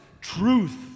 truth